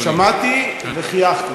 שמעתי וחייכתי.